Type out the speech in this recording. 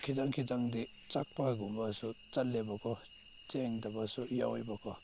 ꯈꯤꯇꯪ ꯈꯤꯇꯪꯗꯤ ꯆꯠꯄꯒꯨꯝꯕꯁꯨ ꯆꯠꯂꯦꯕꯀꯣ ꯆꯦꯟꯗꯕꯁꯨ ꯌꯥꯎꯋꯦꯕꯀꯣ